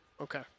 Okay